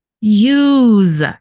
Use